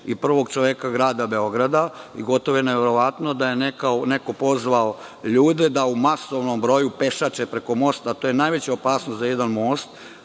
i prvog čoveka grada Beograda i gotovo je neverovatno da je neko pozvao ljude da u masovnom broju pešače preko mosta. To je najveća opasnost za jedan most,